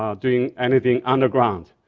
doing anything underground.